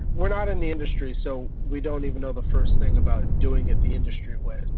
we're not in the industry so we don't even know the first thing about doing it the industry way.